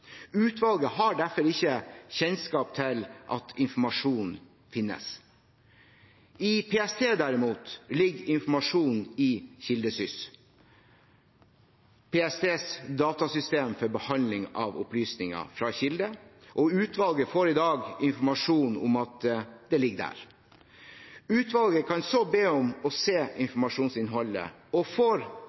Utvalget har derfor ikke kjennskap til at informasjonen finnes. I PST ligger derimot informasjonen i KildeSys, PSTs datasystem for behandling av opplysninger fra kilder, og utvalget får i dag informasjon om at det ligger der. Utvalget kan så be om å få se informasjonsinnholdet, og det får